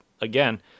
again